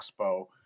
Expo